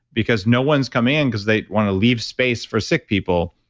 because no one's come in because they want to leave space for sick people.